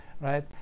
right